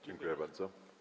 Dziękuję bardzo.